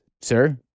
sir